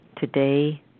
Today